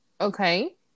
Okay